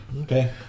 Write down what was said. Okay